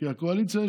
כי הקואליציה,